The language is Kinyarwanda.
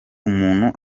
umuntu